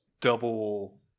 double